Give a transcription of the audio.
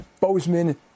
Bozeman